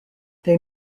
they